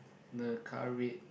the car red